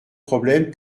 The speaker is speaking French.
problème